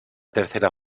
tercera